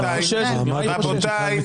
רבותיי.